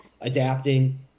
adapting